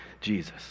Jesus